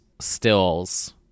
stills